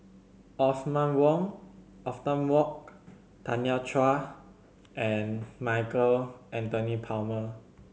Othman Othman Wok Tanya Chua and Michael Anthony Palmer